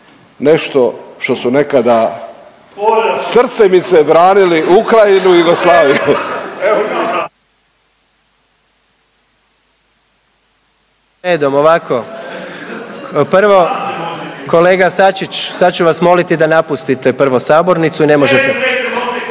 nešto što su nekada srcemice branili Ukrajinu i Jugoslaviju.